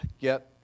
get